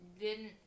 didn't-